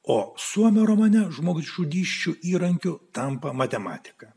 o suomio romane žmogžudysčių įrankiu tampa matematika